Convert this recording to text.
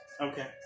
Okay